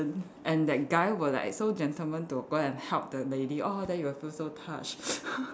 and that guy will like so gentleman to go and help the lady oh then you'll feel so touched